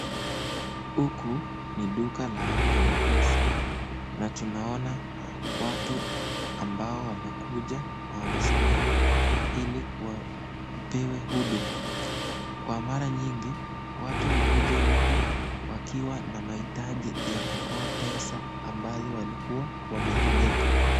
Huku ni duka la mpesa na tunaona watu ambao wamekuja na wamesimama ili wapewe huduma. Kwa mara nyingi watu hukuja huku kupata huduma ya pesa ambazo walikua wameziweka.